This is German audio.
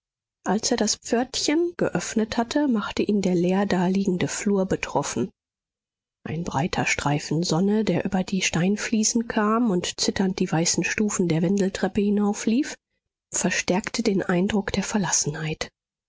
als er das pförtchen geöffnet hatte machte ihn der leer daliegende flur betroffen ein breiter streifen sonne der über die steinfliesen kam und zitternd die weißen stufen der wendeltreppe hinauflief verstärkte den eindruck der